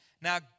now